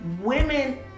Women